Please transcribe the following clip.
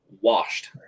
washed